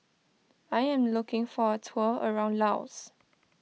I am looking for a tour around Laos